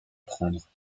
prendre